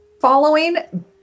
following